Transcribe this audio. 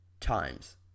times